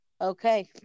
Okay